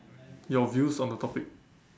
your views on the topic